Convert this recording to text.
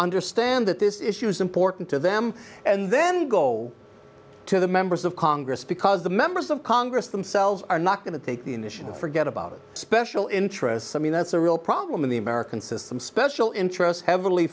understand that this issue is important to them and then go to the members of congress because the members of congress themselves are not going to take the initiative forget about it special interests i mean that's a real problem in the american system special interests heavily